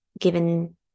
given